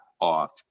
off